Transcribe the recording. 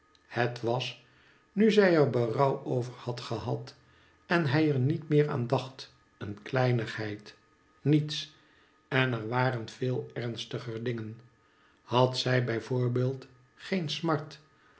het was nu zij er berouw over had gehad en hij er niet meer aan dacht een kleinigheid niets en er waren veel emstiger dingen had zij bij voorbeeld geen smart